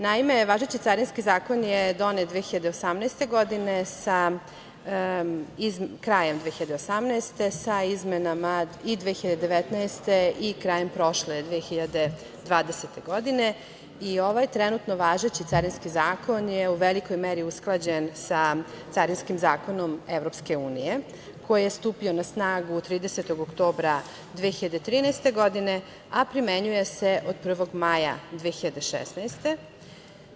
Naime važeći Carinski zakon je donet krajem 2018. godine, 2019. godine i krajem prošle 2020. godine i ovaj trenutno važeći Carinski zakon je u velikoj meri usklađen sa carinskim zakonom EU, koji je stupio na snagu 30. oktobra 2013. godine, a primenjuje se od 1. maja 2016. godine.